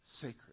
Sacred